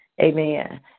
Amen